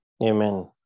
Amen